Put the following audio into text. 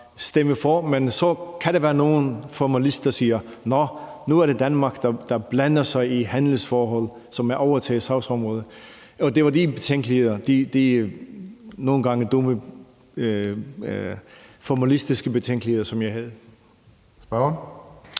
men så kan der være nogle formalister, der siger: Nå, nu blander Danmark sig i handelsforhold, som er et overtaget sagsområde. Det var de betænkeligheder – de nogle gange dumme formalistiske betænkeligheder – som jeg havde.